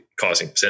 causing